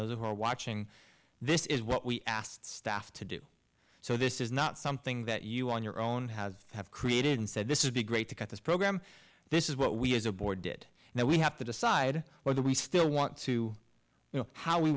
those who are watching this is what we asked staff to do so this is not something that you own your own house have created and said this is be great to get this program this is what we as a board did now we have to decide whether we still want to know how we